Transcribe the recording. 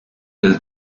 del